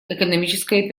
экономическая